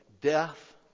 death